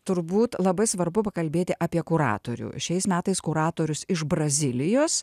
turbūt labai svarbu pakalbėti apie kuratorių šiais metais kuratorius iš brazilijos